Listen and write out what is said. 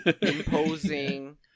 imposing